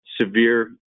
severe